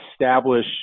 establish